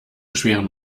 schweren